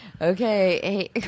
okay